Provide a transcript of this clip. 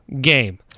game